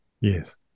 Yes